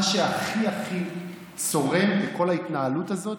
מה שהכי הכי צורם בכל ההתנהלות הזאת,